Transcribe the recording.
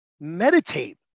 meditate